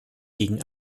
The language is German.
gegen